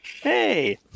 Hey